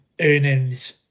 earnings